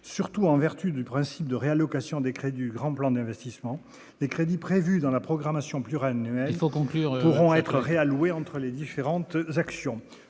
surtout en vertu du principe de réallocation décret du grand plan d'investissement des crédits prévus dans la programmation plus Rennes il faut conclure, pourront être réallouer entre les différentes actions